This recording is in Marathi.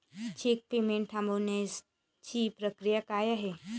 चेक पेमेंट थांबवण्याची प्रक्रिया काय आहे?